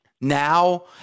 now